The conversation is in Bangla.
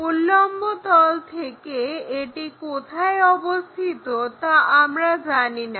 উল্লম্বতল থেকে এটি কোথায় অবস্থিত তা আমরা জানিনা